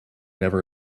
never